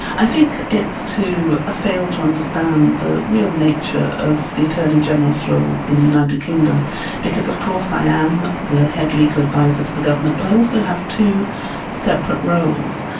i think it's to ah fail to understand the real nature of the attorney-general's role in the united kingdom. because of course, i am the head legal adviser to the government, but i also have separate roles,